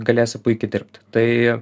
galėsi puikiai dirbt tai